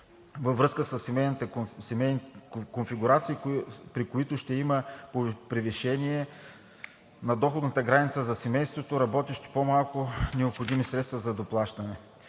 във връзка със семейни конфигурации, при които ще има превишение на доходната граница за семейството – работещи, по-малко необходими средства за доплащане.